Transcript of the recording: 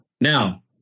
Now